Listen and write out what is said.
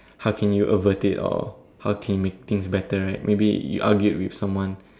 how can you avoid it or how can you make things better right maybe you argued with someone